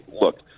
look